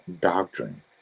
doctrine